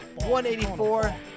184